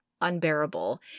unbearable